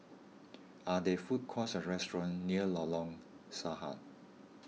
are there food courts or restaurants near Lorong Sarhad